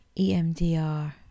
EMDR